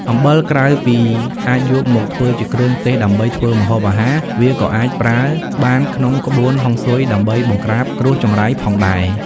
អំបិលក្រៅពីអាចយកមកធ្វើជាគ្រឿងទេសដើម្បីធ្វើម្ហូបអាហារ វាក៏អាចប្រើបានក្នុងក្បួនហុងស៊ុយដើម្បីបង្ក្រាបគ្រោះចង្រៃផងដែរ។